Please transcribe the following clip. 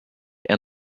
and